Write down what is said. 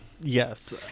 yes